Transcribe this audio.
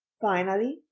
finally,